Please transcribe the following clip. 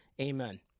Amen